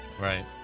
right